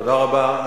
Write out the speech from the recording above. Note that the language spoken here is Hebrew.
תודה רבה.